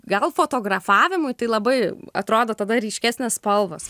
gal fotografavimui tai labai atrodo tada ryškesnės spalvos